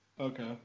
Okay